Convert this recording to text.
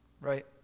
right